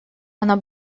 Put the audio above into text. она